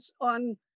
on